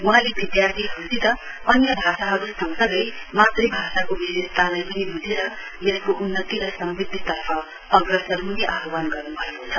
वहाँले विधार्थीहरूसित अन्य भाषाहरू सँगसँगै मातृभाषाको विशेषतालाई पनि बुझेर यसको उन्नति र समृध्दितर्फ अग्रसर हुने आहवान गर्नुभएको छ